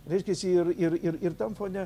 reiškiasi ir ir ir tam fone